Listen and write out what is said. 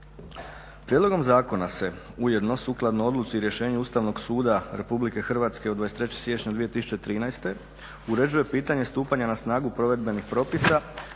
Prijedlogom zakona se ujedno odluci i rješenju Ustavnog suda RH od 23.siječnja 2013.uređuje pitanje stupanja na snagu provedbenih propisa